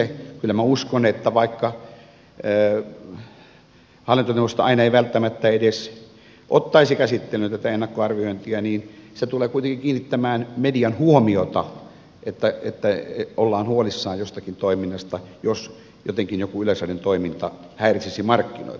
kyllä minä uskon että vaikka hallintoneuvosto aina ei välttämättä edes ottaisi käsittelyyn tätä ennakkoarviointia niin se tulee kuitenkin kiinnittämään median huomiota että ollaan huolissaan jostakin toiminnasta jos jotenkin jokin yleisradion toiminta häiritsisi markkinoita